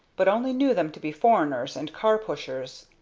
but only knew them to be foreigners and car-pushers.